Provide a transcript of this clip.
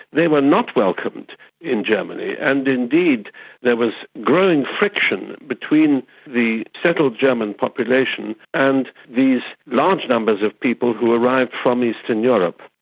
they were not welcomed in germany, and indeed there was growing friction between the settled german population and these large numbers of people who arrived from eastern europe.